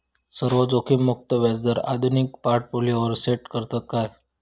सर्व जोखीममुक्त व्याजदर आधुनिक पोर्टफोलियोवर सेट करतत काय?